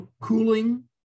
cooling